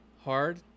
hard